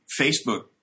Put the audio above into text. Facebook